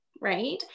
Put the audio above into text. right